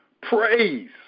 praise